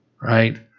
right